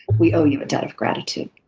we owe you a debt of gratitude.